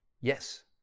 yes